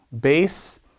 base